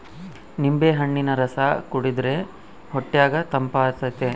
ನಿಂಬೆಹಣ್ಣಿನ ರಸ ಕುಡಿರ್ದೆ ಹೊಟ್ಯಗ ತಂಪಾತತೆ